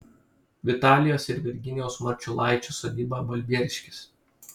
vitalijos ir virginijaus marčiulaičių sodyba balbieriškis